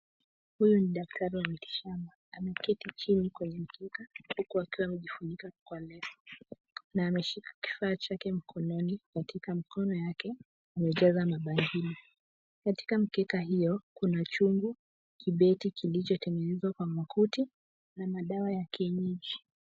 Huyu ni daktari wa mitishamba. Ameketi chini kwenye mkeka huku akiwa amejifunika kwa leso, na ameshika kifaa chake mkononi. Katika mkono yake, amejaza mabangili. Katika mkeka hiyo kuna chungu, kibeti kilichotengenezwa kwa makuti, na madawa ya kienyeji.